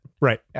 Right